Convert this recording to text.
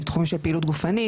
בתחומים של פעילות גופנית,